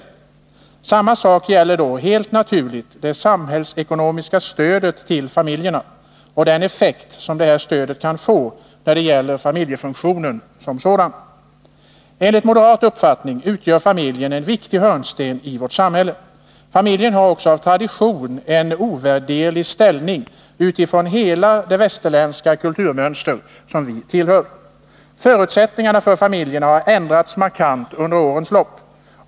Detsamma gäller då helt naturligt det samhällsekonomiska stödet till familjerna och den effekt detta kan få i fråga om familjefunktionen som sådan. Enligt moderat uppfattning utgör familjen en viktig hörnsten i vårt samhälle. Familjen har också av tradition en ovärderlig ställning i hela det västerländska kulturmönster som vi tillhör. Förutsättningarna för familjerna har ändrats markant under årens lopp.